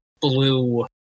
blue